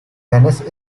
raines